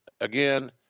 again